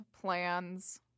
plans